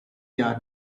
yards